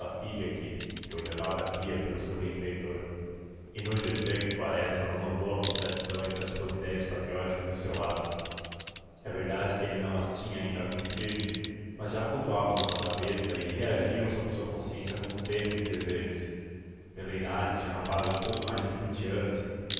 filha que foi levada à pia pelo seu benfeitor inútil é dizer que quaresma não notou a contradição entre as suas idéias patrióticas e o seu ato é verdade que ele não as tinha ainda muito firmes mas já flutuavam na sua cabeça e reagiam sobre a sua consciência como tênues desejos veleidades de rapaz de pouco mais de vinte anos